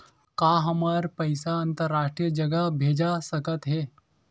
का हमर पईसा अंतरराष्ट्रीय जगह भेजा सकत हे?